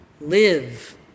live